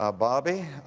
ah bobby,